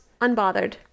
unbothered